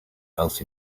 else